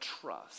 trust